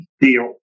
deal